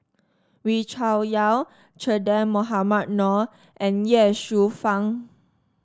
Wee Cho Yaw Che Dah Mohamed Noor and Ye Shufang